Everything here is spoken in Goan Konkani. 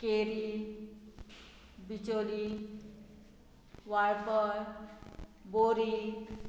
केरी बिचोली वाळपय बोरी